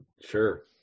Sure